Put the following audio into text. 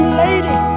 lady